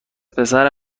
پسر